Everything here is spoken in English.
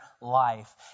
life